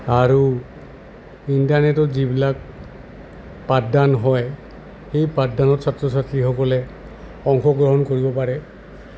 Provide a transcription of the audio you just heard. আৰু ইণ্টাৰনেটত যিবিলাক পাঠদান হয় সেই পাঠদানত ছাত্ৰ ছাত্ৰীসকলে অংশগ্ৰহণ কৰিব পাৰে